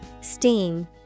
Steam